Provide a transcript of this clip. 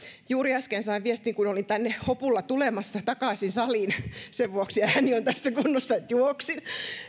juuri äsken sain viestin kun olin hopulla tulemassa takaisin tänne saliin sen vuoksi ääni on tässä kunnossa koska juoksin